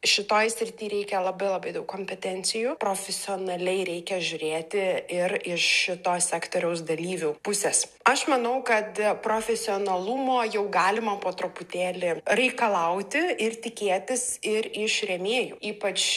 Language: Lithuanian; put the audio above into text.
šitoj srity reikia labai labai daug kompetencijų profesionaliai reikia žiūrėti ir iš šito sektoriaus dalyvių pusės aš manau kad profesionalumo jau galima po truputėlį reikalauti ir tikėtis ir iš rėmėjų ypač